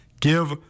give